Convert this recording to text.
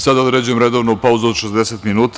Sada određujem redovnu pauzu od 60 minuta.